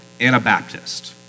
Anabaptist